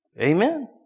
Amen